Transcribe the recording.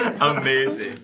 Amazing